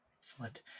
Excellent